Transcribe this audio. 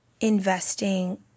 investing